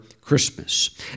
Christmas